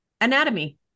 anatomy